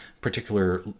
particular